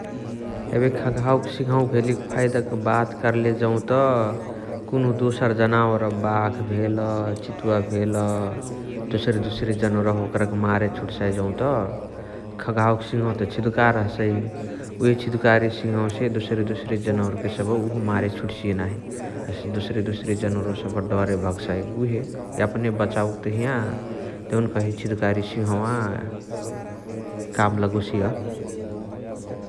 एबे खगहावा क सिङहवा भेलिक फाइदाक बात कर्ले जौत कुन्हु दोसर जनवार बाघ भेल, चितुवा भेल, दोसरे दोसरे जनोरवा ओकरके मारे छुटसाइ जौत खगहावा क सिङहवा छिदुकार हसइ । उहे छिदुकारी सिङहवसे दोसरी दोसरी जनावोरके सबह उहो मारे छुटसिय नाहि । हसे दोसरे दोसरे जनोरवा डरे भगसाइ नाही । उहे एपने बचाउके तहिय देउन कही छिदुकारी सिङहवा काम लगोसिय ।